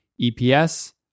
EPS